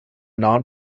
non